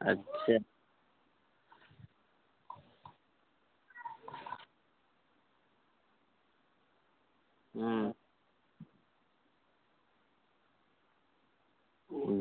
اچھا